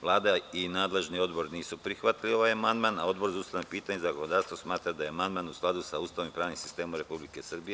Vlada i nadležni odbor nisu prihvatili amandman, a odbor za ustavna pitanja i zakonodavstvo smatra da je amandman u skladu sa Ustavom i pravnim sistemom Republike Srbije.